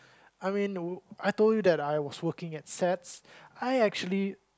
I mean I told you that I was working at SATS I actually